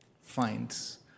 finds